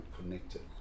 connected